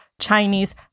Chinese